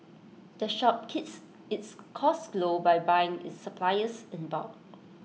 the shop keeps its costs low by buying its supplies in bulk